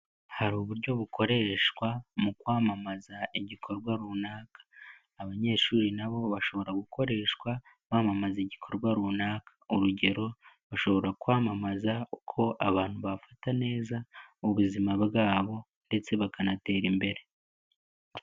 Hari uburyo bukoreshwa mu kwamamaza igikorwa runaka. Abanyeshuri nabo bashobora gukoreshwa bamamaza igikorwa runaka. Urugero bashobora kwamamaza uko abantu bafata neza ubuzima bwabo ndetse bakanatera imbere.